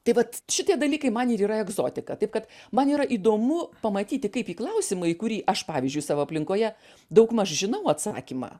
tai vat šitie dalykai man ir yra egzotika taip kad man yra įdomu pamatyti kaip į klausimą į kurį aš pavyzdžiui savo aplinkoje daugmaž žinau atsakymą